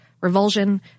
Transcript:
revulsion